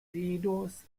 vidos